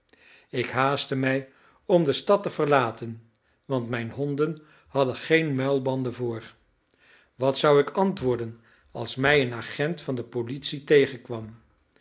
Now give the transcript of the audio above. ik haastte mij om de stad te verlaten want mijn honden hadden geen muilbanden voor wat zou ik antwoorden als mij een agent van politie tegenkwam